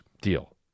deal